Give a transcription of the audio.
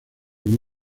muy